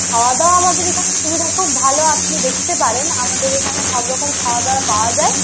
খাওয়া দাওয়া আমাদের এখানে সুবিধা খুব ভালো আপনি দেখতে পারেন আমাদের এখানে সবরকম খাওয়া দাওয়া পাওয়া যায়